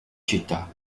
città